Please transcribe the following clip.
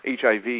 HIV